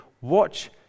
watch